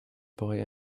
boy